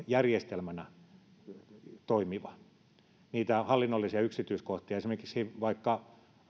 järjestelmänä toimiva hallinnollisiin yksityiskohtiin vaikka